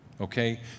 Okay